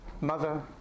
mother